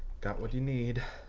got what you need.